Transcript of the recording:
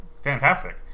fantastic